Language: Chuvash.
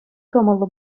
кӑмӑллӑ